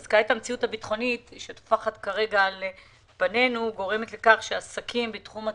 אז כעת המציאות הביטחונית גורמת לכך שעסקים בתחום התיירות,